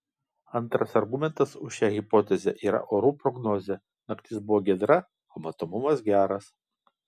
antras argumentas už šią hipotezę yra orų prognozė naktis buvo giedra o matomumas geras